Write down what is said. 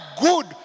good